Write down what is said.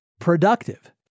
productive